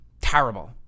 Terrible